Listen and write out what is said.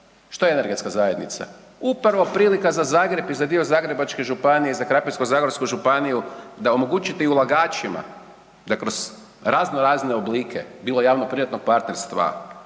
Što je energetska zajednica? Upravo prilika za Zagreb i dio Zagrebačke županije, za Zagorsko-krapinsku županiju, da omogućite i ulagačima da kroz razno razne oblike bilo javno privatnog partnerstva,